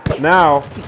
now